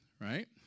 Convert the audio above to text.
Right